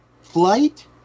Flight